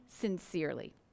Sincerely